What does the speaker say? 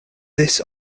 this